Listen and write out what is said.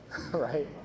right